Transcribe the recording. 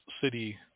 city